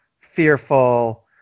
fearful